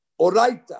oraita